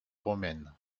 romaine